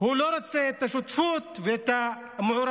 הוא לא רוצה את השותפות ואת המעורבות,